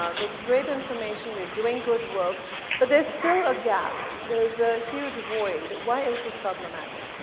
um this great information we are doing good work but there's still a gap. there's a huge void. why is this problematic?